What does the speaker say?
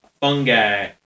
fungi